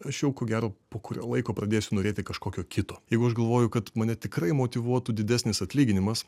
aš jau ko gero po kurio laiko pradėsiu norėti kažkokio kito jeigu aš galvoju kad mane tikrai motyvuotų didesnis atlyginimas